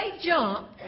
jump